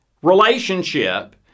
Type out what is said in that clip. Relationship